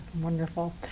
Wonderful